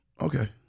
Okay